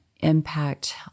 impact